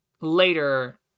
later